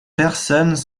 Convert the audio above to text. personnes